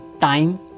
time